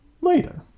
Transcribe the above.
later